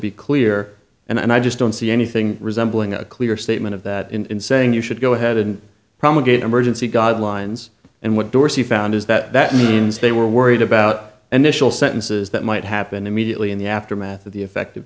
be clear and i just don't see anything resembling a clear statement of that in saying you should go ahead and promulgated emergency god lines and what dorsey found is that that means they were worried about an initial sentences that might happen immediately in the aftermath of the effect